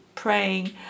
praying